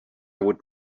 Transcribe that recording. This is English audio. would